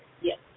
Yes